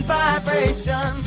vibration